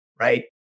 right